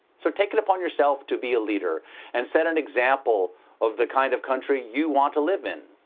so take it upon yourself to be a leader and set an example of the kind of country you want to live in.